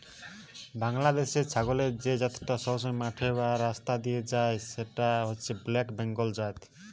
বাংলাদেশের ছাগলের যে জাতটা সবসময় মাঠে বা রাস্তা দিয়ে যায় সেটা হচ্ছে ব্ল্যাক বেঙ্গল জাত